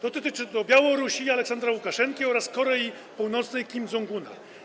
Dotyczy to Białorusi i Aleksandra Łukaszenki oraz Korei Północnej i Kim Dzong Una.